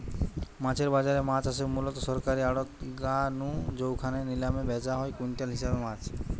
মাছের বাজারে মাছ আসে মুলত সরকারী আড়ত গা নু জউখানে নিলামে ব্যাচা হয় কুইন্টাল হিসাবে মাছ